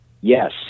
Yes